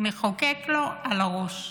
נחוקק לו על הראש.